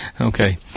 Okay